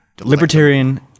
Libertarian